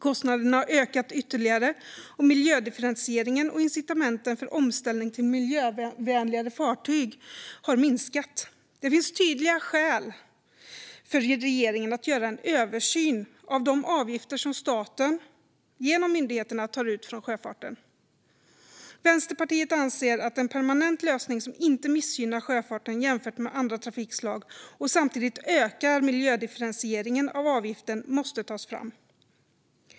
Kostnaderna har ökat ytterligare, och miljödifferentieringen och incitamenten för omställning till miljövänligare fartyg har minskat. Det finns tydliga skäl för regeringen att göra en översyn av de avgifter som staten genom myndigheterna tar ut från sjöfarten. Vänsterpartiet anser att en permanent lösning som inte missgynnar sjöfarten jämfört med andra trafikslag och som samtidigt ökar miljödifferentieringen av avgiften måste tas fram.